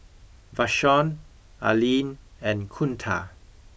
Vashon Aline and Kunta